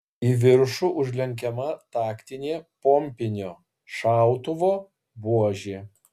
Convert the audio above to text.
į viršų užlenkiama taktinė pompinio šautuvo buožė